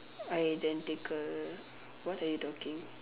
I then take err what are you talking